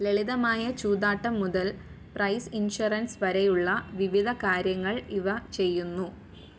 ലളിതമായ ചൂതാട്ടം മുതൽ പ്രൈസ് ഇൻഷുറൻസ് വരെയുള്ള വിവിധ കാര്യങ്ങൾ ഇവ ചെയ്യുന്നു